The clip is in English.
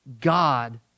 God